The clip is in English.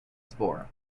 spore